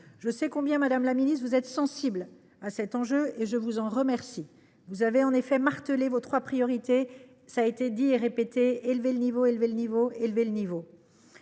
Je sais combien, madame la ministre, vous êtes sensible à cet enjeu, et je vous en remercie. Vous avez martelé vos trois priorités :« Élever le niveau, élever le niveau, élever le niveau.